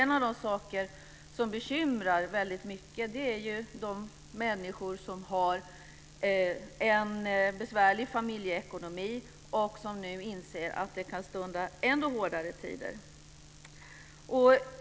En av de saker som bekymrar väldigt mycket är ju de människor som har en besvärlig familjeekonomi och som nu inser att det kan stunda ännu hårdare tider.